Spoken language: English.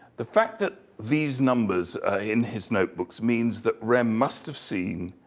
the fact that these numbers are in his notebooks means that rehm must have seen